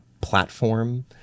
platform